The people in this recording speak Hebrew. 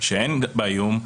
שאין בה איום,